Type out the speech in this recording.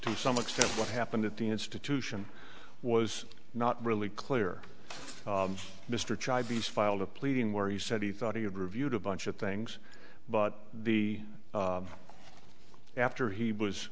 to some extent what happened at the institution was not really clear mr chivers filed a pleading where he said he thought he had reviewed a bunch of things but the after he was